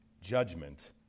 judgment